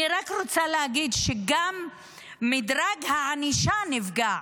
אני רק רוצה להגיד שגם מדרג הענישה נפגע,